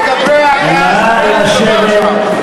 חברת